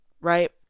Right